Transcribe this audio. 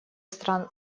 стран